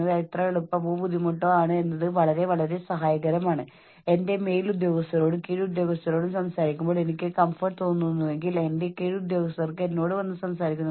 നിങ്ങൾക്ക് ശരിക്കും ആരെയെങ്കിലും ശിക്ഷിക്കാൻ താൽപ്പര്യമുണ്ടെങ്കിൽ വളരെ എളുപ്പമുള്ള മാർഗം ഉയർന്ന പ്രകടനം കാഴ്ചവയ്ക്കുന്ന ആളുകളിൽ നിന്ന് അവരുടെ ജോലി എടുത്തുകളയലാണ് ഒരു ജോലിയുമില്ല എന്നത് നിങ്ങളിൽ വളരെയധികം സമ്മർദ്ദം ചെലുത്തുന്നു